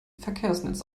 verkehrsnetz